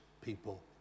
people